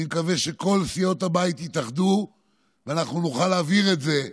אני מקווה שכל סיעות הבית יתאחדו ואנחנו נוכל להעביר את זה,